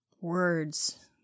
Words